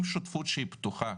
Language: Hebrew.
אם שותפות שהיא פתוחה,